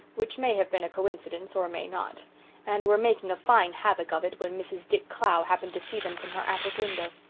which may have been a coincidence or may not and were making fine havoc of it when mrs. dick clow happened to see them from her attic window.